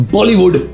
Bollywood